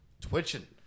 twitching